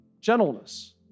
gentleness